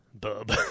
Bub